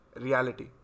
reality